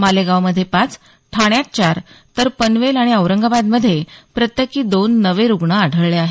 मालेगावमध्ये पाच ठाण्यात चार तर पनवेल आणि औरंगाबादमध्ये प्रत्येकी दोन नवे रुग्ण आढळले आहेत